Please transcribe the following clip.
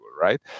right